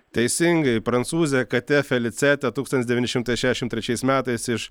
teisingai prancūzė katė felicetė tūkstantis devyni šimtai šešiasdešimt trečiais metais iš